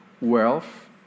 wealth